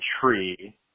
tree